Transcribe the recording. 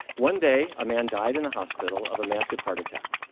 one day a man died in a hospital of a massive heart attack,